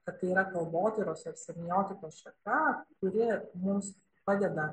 kad tai yra kalbotyros ir semiotika šaka kuri mums padeda